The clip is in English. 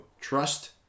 trust